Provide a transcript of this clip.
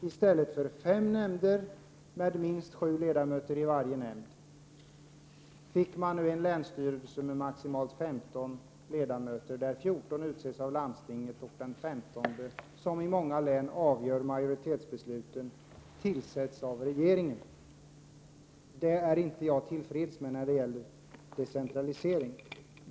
I stället för fem nämnder med minst sju ledamöter i varje nämnd, får man nu länsstyrelser med maximalt 15 ledamöter, varav 14 utses av landstinget och den femtonde — som i många län avgör majoritetsbesluten — tillsätts av regeringen. En sådan decentralisering är jag inte tillfreds med.